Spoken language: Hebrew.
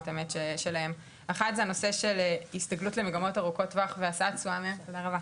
אחת היא הנושא של הסתגלות למגמות ארוכות טווח והשאת תשואה מהן.